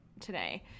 today